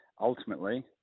ultimately